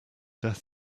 death